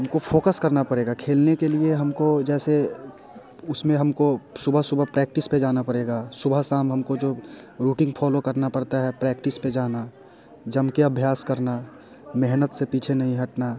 हमको फोकस करना पड़ेगा खेलने के लिए हमको जैसे उसमें हमको सुबह सुबह प्रैक्टिस पे जाना पड़ेगा सुबह शाम हमको जो रूटिंग फॉलो करना पड़ता है प्रैक्टिस पे जाना जम के अभ्यास करना मेहनत से पीछे नहीं हटना